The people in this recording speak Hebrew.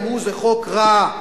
אמרו: זה חוק רע.